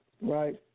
right